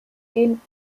gehen